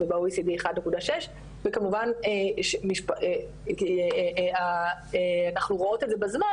וב-OECD 1.6. וכמובן אנחנו רואות את זה בזמן